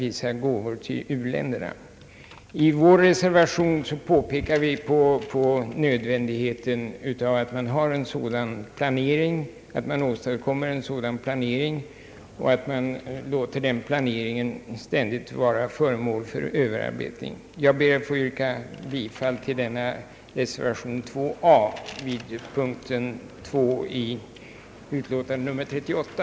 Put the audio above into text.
I vår reservation påpekas nödvändigheten av att det sker en sådan planering och att man låter den bli föremål för ständig överarbetning. Jag ber att få yrka bifall till reservation 2 a till utskottets utlåtande nr 38.